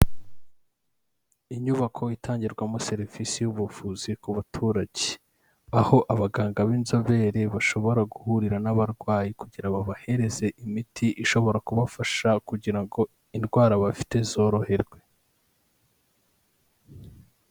Inyubako itangirwamo serivisi y'ubuvuzi ku baturage, aho abaganga b'inzobere bashobora guhurira n'abarwayi kugira babahereze imiti ishobora kubafasha kugira ngo indwara bafite zoroherwe.